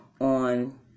on